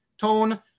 tone